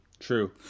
true